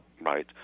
right